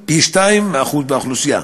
והם פי-שניים מהאחוז באוכלוסייה.